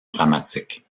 dramatique